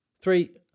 Three